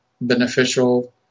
beneficial